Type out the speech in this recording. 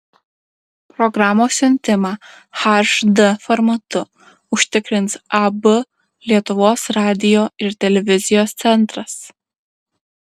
programos siuntimą hd formatu užtikrins ab lietuvos radijo ir televizijos centras